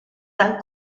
han